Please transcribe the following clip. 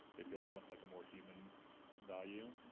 it feels but like a more human value,